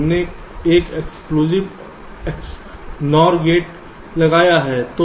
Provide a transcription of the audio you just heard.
हमने एक exclusive NOR gate लगाया है